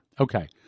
Okay